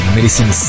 Medicine